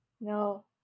No